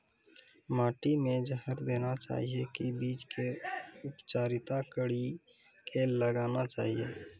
माटी मे जहर देना चाहिए की बीज के उपचारित कड़ी के लगाना चाहिए?